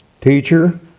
Teacher